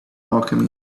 alchemy